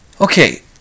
Okay